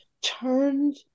turned